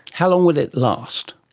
how long will it last?